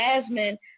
Jasmine